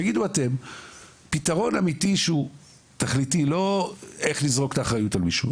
תגידו אתם פתרון אמיתי שהוא תכליתי ולא איך לזרוק את האחריות על מישהו,